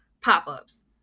pop-ups